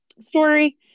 story